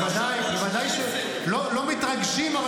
בוודאי שלא מתרגשים,